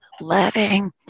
Letting